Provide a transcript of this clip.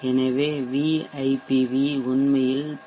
எனவே VIpv உண்மையில் B